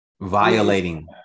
Violating